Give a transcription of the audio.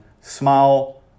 smile